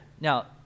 Now